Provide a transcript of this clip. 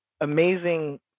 amazing